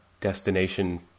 destination